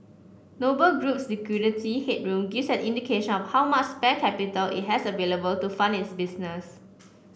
Noble Group's liquidity headroom gives an indication of how much spare capital it has available to fund its business